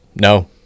no